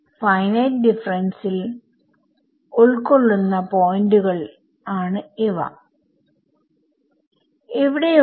finite ഡിഫറെൻസിൽ ഉൾക്കൊള്ളുന്ന പോയ്ന്റുകൾ ആണ് ഇവ ഇവിടെ ഉള്ള